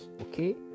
okay